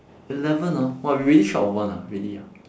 eleven ah !wah! we really short of one ah really ah